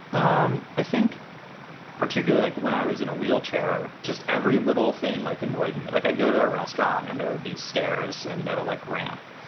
um i think particularly like when i was in a wheelchair, just every little thing, like, annoyed me. like i go to a restaurant and there would be stairs and no, like, ramp.